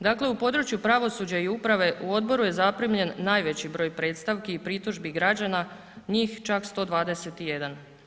Dakle u području pravosuđa i uprave u odboru je zaprimljen najveći broj predstavi i pritužbi građana njih čak 121.